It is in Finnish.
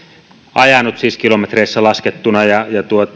ajanut siis kilometreissä laskettuna